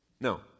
no